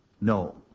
No